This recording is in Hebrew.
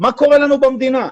מה קורה לנו במדינה?